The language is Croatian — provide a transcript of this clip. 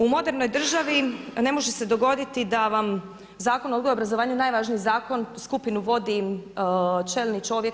U modernoj državi ne može se dogoditi da vam Zakon o odgoju i obrazovanju najvažniji zakon skupinu vodi čelni čovjek.